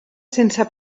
sense